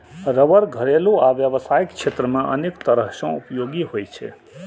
रबड़ घरेलू आ व्यावसायिक क्षेत्र मे अनेक तरह सं उपयोगी होइ छै